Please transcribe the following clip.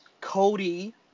Cody